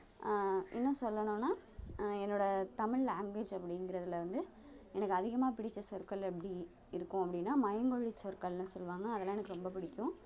இன்னும் சொல்லணுன்னால் என்னோடய தமிழ் லாங்குவேஜ் அப்படிங்கிறதுல வந்து எனக்கு அதிகமாக பிடித்த சொற்கள் அப்படி இருக்கும் அப்படீன்னா மயங்கொலிச் சொற்கள்னு சொல்லுவாங்க அதெல்லாம் எனக்கு ரொம்ப பிடிக்கும்